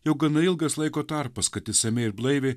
jau gana ilgas laiko tarpas kad išsamiai ir blaiviai